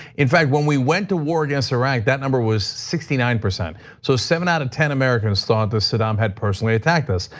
in fact, when we went to war against iraq, that number was sixty nine. so seven out of ten americans thought that saddam had personally attacked us.